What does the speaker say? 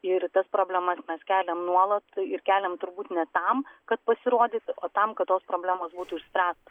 ir tas problemas mes keliam nuolat ir keliam turbūt ne tam kad pasirodyti o tam kad tos problemos būtų išspręstos